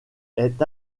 est